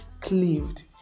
cleaved